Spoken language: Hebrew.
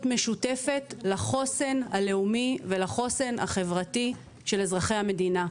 משותפת לחוסן הלאומי ולחוסן החברתי של אזרחי המדינה.